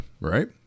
right